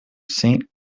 saint